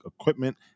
equipment